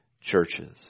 churches